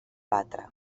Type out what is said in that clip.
batre